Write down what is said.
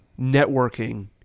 networking